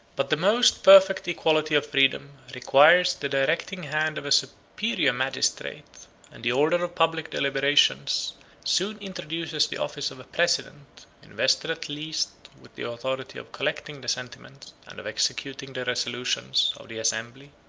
but the most perfect equality of freedom requires the directing hand of a superior magistrate and the order of public deliberations soon introduces the office of a president, invested at least with the authority of collecting the sentiments, and of executing the resolutions, of the assembly.